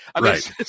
Right